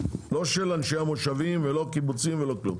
לא של אנשי המושבים ולא הקיבוצים ולא כלום.